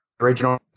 Original